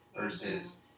versus